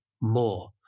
more